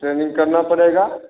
training करना पड़ेगा